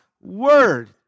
word